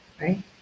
Right